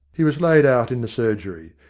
he was laid out in the surgery.